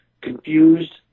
confused